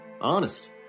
honest